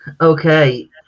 Okay